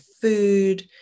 food